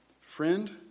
Friend